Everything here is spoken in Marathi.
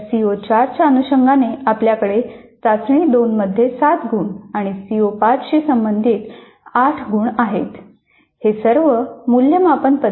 तर सीओ 4 च्या अनुषंगाने आपल्याकडे चाचणी 2 मध्ये 7 गुण आहेत आणि सीओ 5 शी संबंधित 8 गुण आहेत